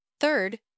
Third